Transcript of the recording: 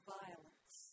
violence